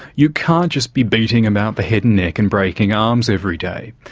you can't just be beating about the head and neck and breaking arms every day.